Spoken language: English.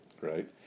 right